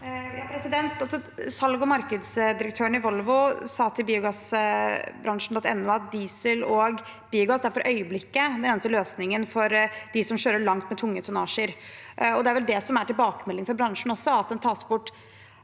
(H) Salgs- og markedsdirektørene i Volvo sa til biogassbransjen.no at diesel og biogass for øyeblikket er den eneste løsningen for dem som kjører langt med tunge tonnasjer. Det er vel det som er tilbakemeldingen fra bransjen også, at den tas bort